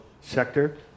sector